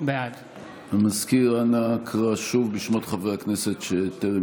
בעד המזכיר, אנא קרא שוב בשמות חברי הכנסת שטרם